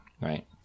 Right